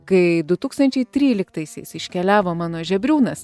kai du tūkstančiai tryliktaisiais iškeliavo mano žebriūnas